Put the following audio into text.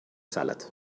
salad